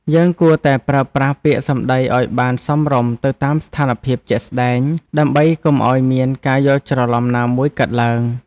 យើងគួរតែប្រើប្រាស់ពាក្យសម្តីឱ្យបានសមរម្យទៅតាមស្ថានភាពជាក់ស្តែងដើម្បីកុំឱ្យមានការយល់ច្រឡំណាមួយកើតឡើង។